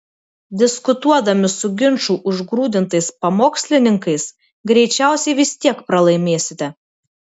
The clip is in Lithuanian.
diskutuodami su ginčų užgrūdintais pamokslininkais greičiausiai vis tiek pralaimėsite